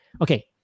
okay